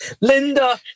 linda